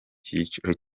cyiciro